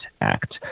act